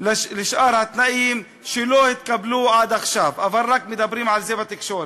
לשאר התנאים שלא התקבלו עד עכשיו אבל רק מדברים על זה בתקשורת.